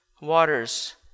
waters